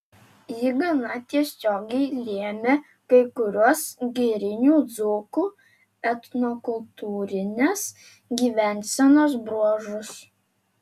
ji gana tiesiogiai lėmė kai kuriuos girinių dzūkų etnokultūrinės gyvensenos bruožus